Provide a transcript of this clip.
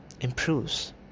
improves